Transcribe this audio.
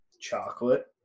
chocolate